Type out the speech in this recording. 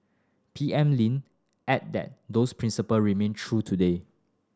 P M Lin added that those principle remain true today